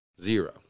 Zero